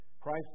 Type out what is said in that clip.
Christ